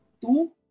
two